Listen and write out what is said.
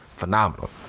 phenomenal